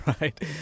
right